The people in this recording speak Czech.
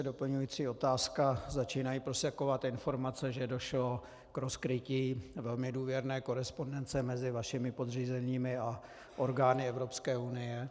Doplňují otázka: Začínají prosakovat informace, že došlo k rozkrytí velmi důvěrné korespondence mezi vašimi podřízenými a orgány Evropské unie.